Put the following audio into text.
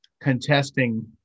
contesting